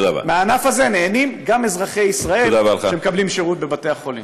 מהענף הזה נהנים גם אזרחי ישראל שמקבלים שירות בבתי-החולים.